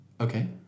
Okay